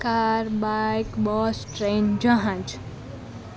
car bike bus train જહાંજ